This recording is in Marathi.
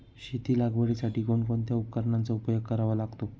शेती लागवडीसाठी कोणकोणत्या उपकरणांचा उपयोग करावा लागतो?